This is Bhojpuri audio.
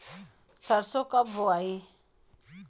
सरसो कब बोआई?